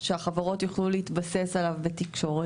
שהחברות יוכלו להתבסס עליו בתחום התקשורת,